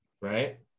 right